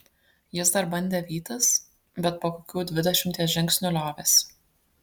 jis dar bandė vytis bet po kokių dvidešimties žingsnių liovėsi